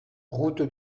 route